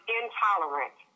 intolerant